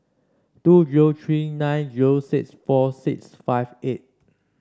two zero three nine zero six four six five eight